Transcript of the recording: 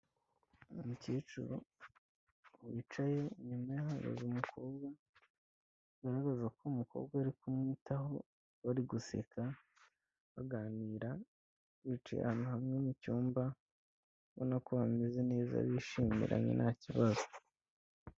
Umukecuru wicaye, inyuma ye hari umukobwa, bigaragaza ko uwo mukobwa ari kumwitaho, bari guseka, baganira, bicaye ahantu hamwe mu cyumba, ubona ko bameze neza bishimiranye nta kibazo.